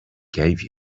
gave